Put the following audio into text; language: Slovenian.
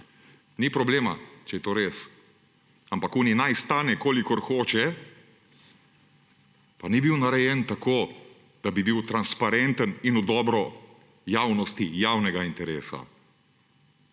Ni problema, če je to res, ampak tisti »naj stane, kolikor hoče« pa ni bil narejen tako, da bi bil transparenten in v dobro javnosti, javnega interesa.